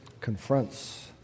confronts